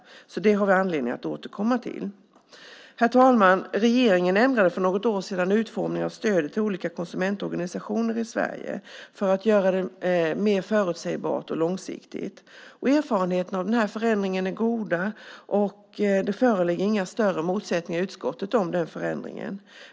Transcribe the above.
Det har vi anledning att återkomma till Herr talman! Regeringen ändrade för något år sedan utformningen av stödet till olika konsumentorganisationer i Sverige för att göra det mer förutsägbart och långsiktigt. Erfarenheterna av förändringen är goda. Det föreligger inga större motsättningar i utskottet om förändringen.